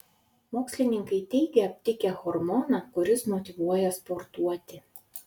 mokslininkai teigia aptikę hormoną kuris motyvuoja sportuoti